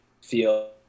feel